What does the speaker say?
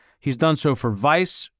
he's done so for vice,